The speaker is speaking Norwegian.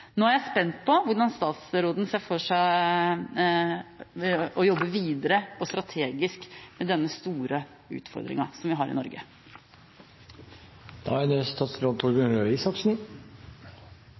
Nå er jeg spent på hvordan statsråden ser for seg å jobbe videre og strategisk med denne store utfordringen vi har i